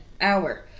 hour